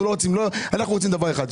אנחנו רוצים דבר אחד,